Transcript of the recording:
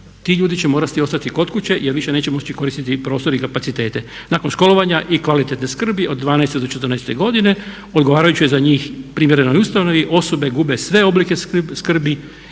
ti ljudi će morati ostati kod kuće jer više neće moći koristiti prostor i kapacitete nakon školovanja i kvalitetne skrbi od 12 do 14 godine odgovarajućoj za njoj primjernoj ustanovi osobe gube sve oblike skrbi